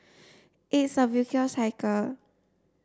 it is a cycle